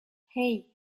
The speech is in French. hey